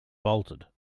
bolted